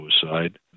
suicide